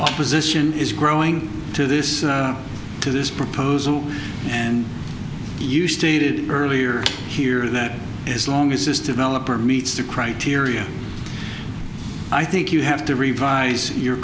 opposition is growing to this to this proposal and you stated earlier here that as long as this development meets the criteria i think you have to revise your